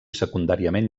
secundàriament